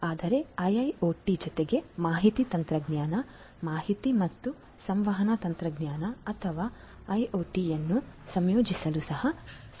ಆದರೆ IIoT ಜೊತೆಗೆ ಮಾಹಿತಿ ತಂತ್ರಜ್ಞಾನ ಮಾಹಿತಿ ಮತ್ತು ಸಂವಹನ ತಂತ್ರಜ್ಞಾನ ಅಥವಾ ಐಒಟಿಯನ್ನು ಸಂಯೋಜಿಸಲು ಸಹ ಸಾಧ್ಯವಿದೆ